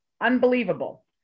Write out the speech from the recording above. Unbelievable